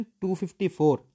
254